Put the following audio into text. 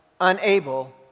unable